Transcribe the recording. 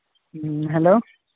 ᱦᱮᱸ ᱦᱮᱞᱳ